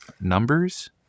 numbers